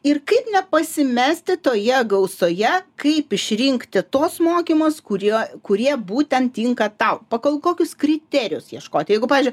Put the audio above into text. ir kaip nepasimesti toje gausoje kaip išrinkti tuos mokymus kurie kurie būtent tinka tau pagal kokius kriterijus ieškoti jeigu pavyzdžiui